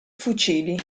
fucili